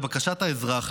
לבקשת האזרח,